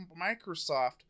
Microsoft